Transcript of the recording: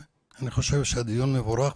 אני חושב שהדיון מבורך,